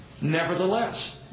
Nevertheless